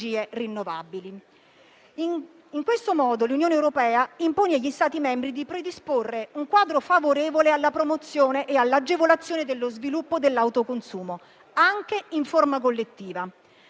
In questo modo l'Unione europea impone agli Stati membri di predisporre un quadro favorevole alla promozione e all'agevolazione dello sviluppo dell'autoconsumo, anche in forma collettiva.